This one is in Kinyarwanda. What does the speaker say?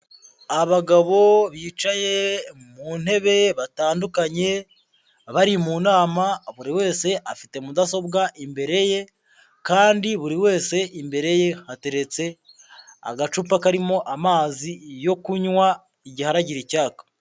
Abagabo bicaye mu ntebe batandukanye bari mu nama, buri wese afite mudasobwa imbere ye kandi buri wese imbere ye hateretse agacupa karimo amazi yo kunywa, igihe aragira icyaka.